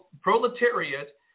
proletariat